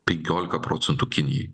penkiolika procentų kinijai